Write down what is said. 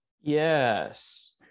yes